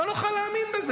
לא היית פה, חבר הכנסת טיבי.